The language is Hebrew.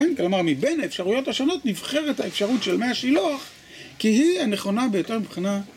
כלומר, מבין האפשרויות השונות נבחרת האפשרות של מאה שילוח כי היא הנכונה ביותר מבחינה